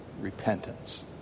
repentance